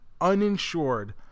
Uninsured